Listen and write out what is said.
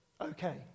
okay